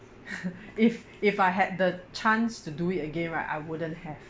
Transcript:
if if I had the chance to do it again right I wouldn't have